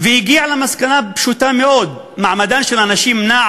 והגיע למסקנה פשוטה מאוד: מעמדן של הנשים נע